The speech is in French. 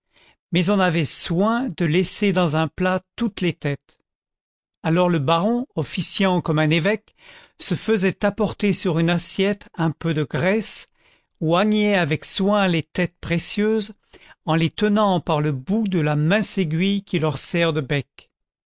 mais on avait soin de laisser dans un plat toutes les têtes alors le baron officiant comme un évêque se faisait apporter sur une assiette un peu de graisse oignait avec soin les têtes précieuses en les tenant par le bout de la mince aiguille qui leur sert le bec